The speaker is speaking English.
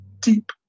deep